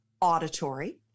auditory